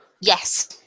Yes